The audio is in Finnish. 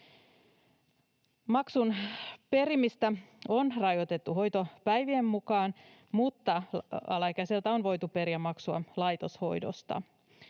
Maksun perimistä on rajoitettu hoitopäivien mukaan, mutta alaikäiseltä on voitu periä maksua laitoshoidosta.